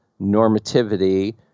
normativity